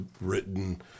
written